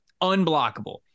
Unblockable